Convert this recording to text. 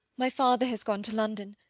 my father has gone to london.